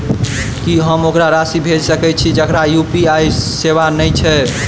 की हम ओकरा राशि भेजि सकै छी जकरा यु.पी.आई सेवा नै छै?